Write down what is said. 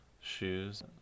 shoes